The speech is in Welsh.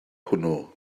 hwnnw